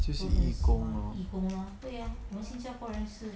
就是义工 lor